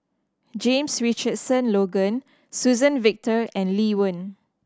James Richardson Logan Suzann Victor and Lee Wen